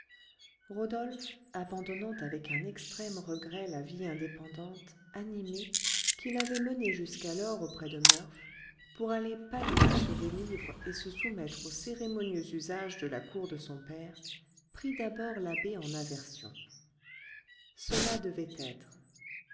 rodolphe abandonnant avec un extrême regret la vie indépendante animée qu'il avait menée jusqu'alors auprès de murph pour aller pâlir sur des livres et se soumettre aux cérémonieux usages de la cour de son père prit d'abord l'abbé en aversion cela devait être